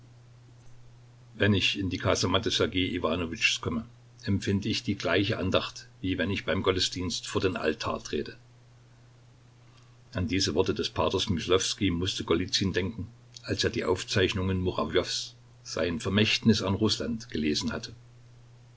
wenn ich in die kasematte sergej iwanowitschs komme empfinde ich die gleiche andacht wie wenn ich beim gottesdienst vor den altar trete an diese worte des p myslowskij mußte golizyn denken als er die aufzeichnungen murawjows sein vermächtnis an rußland gelesen hatte